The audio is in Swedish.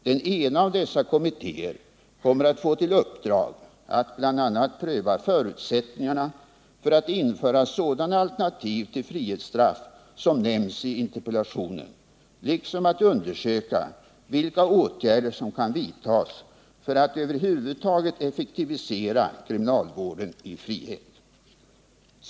Den ena av dessa kommittéer får i uppdrag att bl.a. pröva förutsättningarna för att införa sådana alternativ till frihetsstraff som nämns i interpellationen liksom att undersöka vilka åtgärder som kan vidtas för att över huvud taget effektivisera kriminalvården i frihet.